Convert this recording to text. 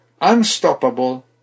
unstoppable